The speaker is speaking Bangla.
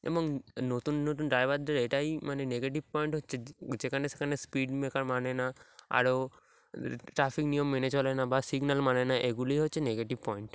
এবং নতুন নতুন ড্রাইভারদের এটাই মানে নেগেটিভ পয়েন্ট হচ্ছে যেখানে সেখানে স্পিড ব্রেকার মানে না আরও ট্রাফিক নিয়ম মেনে চলে না বা সিগনাল মানে না এগুলিই হচ্ছে নেগেটিভ পয়েন্ট